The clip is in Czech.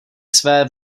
své